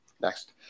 Next